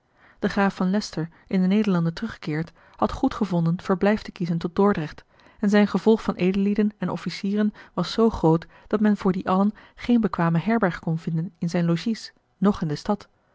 de graaf van leycester in de nederlanden teruggekeerd had goed gevonden verblijf te kiezen tot dordrecht en zijn gevolg van edellieden en officieren was zoo groot dat men voor die allen geen bekwame herberg kon vinden in zijn logies noch in de stad